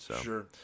Sure